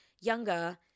younger